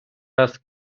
раз